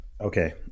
Okay